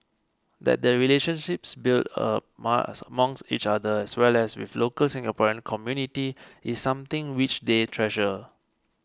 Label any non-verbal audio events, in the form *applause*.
that the relationships built up *unintelligible* amongst each other as well as with local Singaporean community is something which they treasure